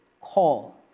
call